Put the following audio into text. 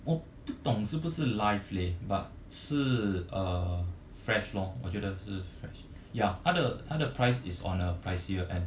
我不懂是不是 live leh but 是 uh fresh lor 我觉得是 fresh ya 他的他的 price is on a pricier end